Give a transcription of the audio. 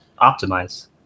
optimize